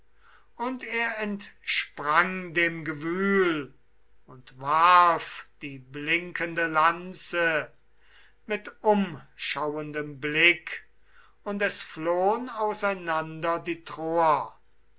und er entsprang dem gewühl und warf die blinkende lanze mit umschauendem blick und es flohn auseinander die troer